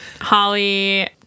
Holly